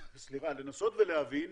לנסות ולהבין